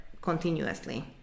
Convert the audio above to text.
continuously